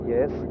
Yes